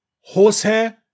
horsehair